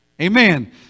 Amen